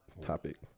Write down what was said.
topic